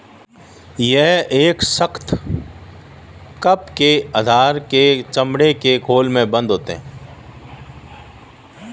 यह एक सख्त, कप के आकार के चमड़े के खोल में बन्द होते हैं